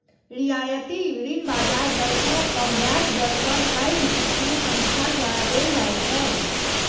रियायती ऋण बाजार दर सं कम ब्याज दर पर पैघ वित्तीय संस्थान द्वारा देल जाइ छै